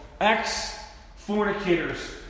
ex-fornicators